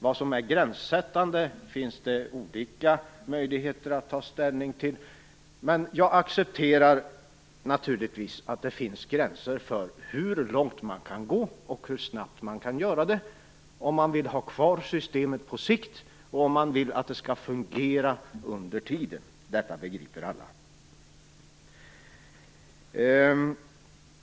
Vad som är gränssättande finns det olika möjligheter att ta ställning till, men jag accepterar naturligtvis att det finns gränser för hur långt man kan gå och hur snabbt man kan göra det om man vill ha kvar systemet på sikt och om man vill att det skall fungera under tiden. Detta begriper alla.